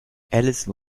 alice